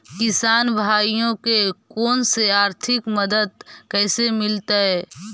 किसान भाइयोके कोन से आर्थिक मदत कैसे मीलतय?